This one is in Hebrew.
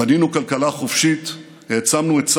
בנינו כלכלה חופשית, העצמנו את צה"ל,